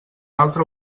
altre